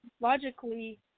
logically